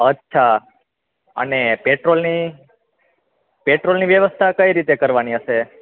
અચ્છા અને પેટ્રોલની પેટ્રોલની વ્યવસ્થા કઈ રીતે કરવાની હશે